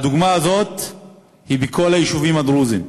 הדוגמה הזו קיימת בכל היישובים הדרוזיים.